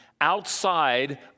Outside